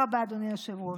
תודה רבה, אדוני היושב-ראש.